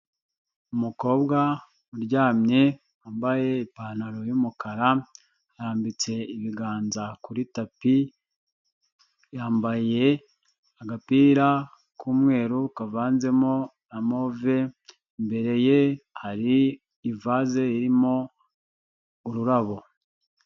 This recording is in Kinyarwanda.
Umukobwa uryamye wambaye ipantaro y'umukara, yarambitse ibiganza kuri tapi, yambaye agapira k'umweru kavanzemo na move, imbere ye hari ivase irimo ururabo.